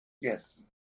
Yes